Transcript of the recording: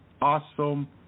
awesome